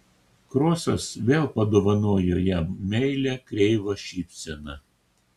krosas vėl padovanojo jam meilią kreivą šypseną